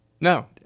no